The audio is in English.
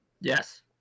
yes